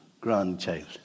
grandchild